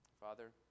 Father